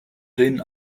denen